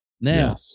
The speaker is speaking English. Now